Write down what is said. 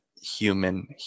human